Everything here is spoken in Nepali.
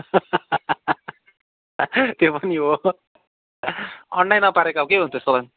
त्यो पनि हो अन्डै नपारेको के भन्नु त्यस्तोलाई